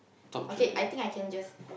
okay I think I can just